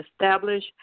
establish